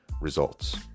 results